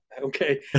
okay